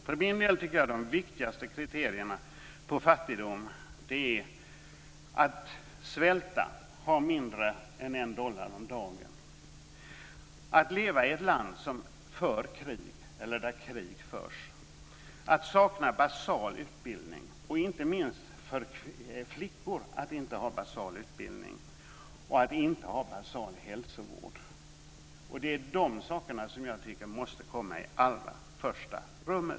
För min del är de viktigaste kriterierna för fattigdom att svälta, att ha mindre än en dollar om dagen, att leva i ett land som för krig eller där krig förs, att sakna basal utbildning och det gäller främst flickor samt att inte ha basal hälsovård. Det är dessa faktorer som måste komma i främsta rummet.